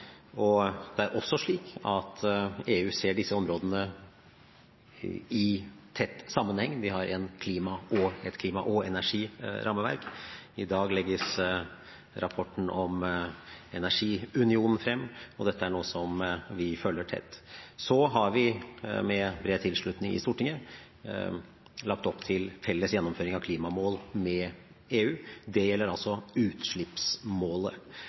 og det er også slik at EU ser disse områdene i tett sammenheng. Vi har et klima- og energirammeverk, og i dag legges rapporten om energiunion frem, og dette er noe vi følger tett. Så har vi med bred tilslutning i Stortinget lagt opp til felles gjennomføring av klimamål med EU. Det gjelder altså utslippsmålet.